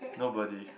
nobody